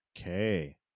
Okay